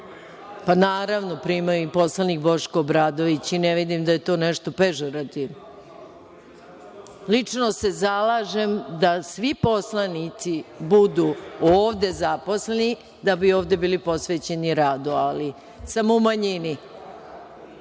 Naravno, prima je i poslanik Boško Obradović i ne vidim da je to nešto pežorativno. Lično se zalažem da svi poslanici budu ovde zaposleni, da bi ovde bili posvećeni radu, ali sam u manjini,